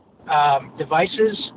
Devices